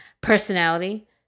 personality